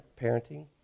Parenting